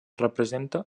representa